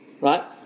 Right